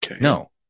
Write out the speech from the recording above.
No